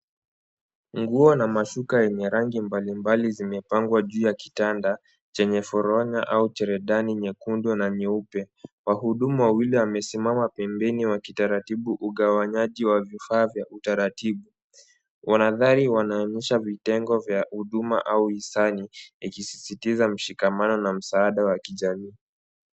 Nguo na mashuka yenye rangi mbalimbali zimepangwa juu ya kitanda chenye foronya au cheredani nyekundu na nyeupe. Wahudumu wawili wamesimama pembeni wakitaratibu ugawanyaji wa vifaa vya utaratibu wanadhani wanaonyesha vitengo vya huduma au hisani ikisisitiza mshikamano na msaada wa kijamii.